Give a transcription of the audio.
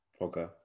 Okay